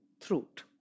throat